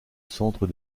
centre